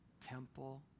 Temple